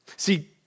See